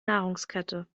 nahrungskette